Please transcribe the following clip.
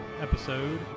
episode